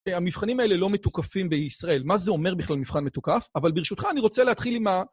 המבחנים האלה לא מתוקפים בישראל. מה זה אומר בכלל מבחן מתוקף? אבל ברשותך אני רוצה להתחיל עם ה...